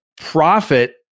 profit